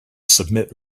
submit